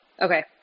okay